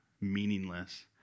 meaningless